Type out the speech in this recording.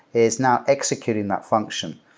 it's now executing that function.